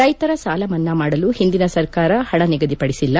ರೈತರ ಸಾಲ ಮನ್ನಾ ಮಾಡಲು ಹಿಂದಿನ ಸರ್ಕಾರ ಹಣ ನಿಗದಿಪಡಿಸಿಲ್ಲ